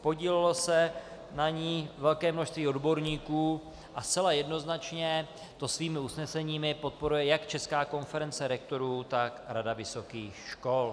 Podílelo se na ní velké množství odborníků a zcela jednoznačně to svými usneseními podporuje jak Česká konference rektorů, tak Rada vysokých škol.